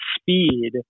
speed